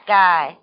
guy